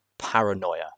Paranoia